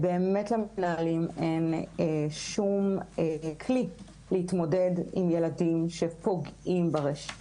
אין שום כלי להתמודד עם ילדים שפוגעים ברשת